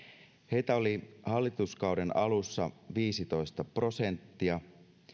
heitä oli hallituskauden alussa viisitoista prosenttia